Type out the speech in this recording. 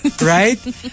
Right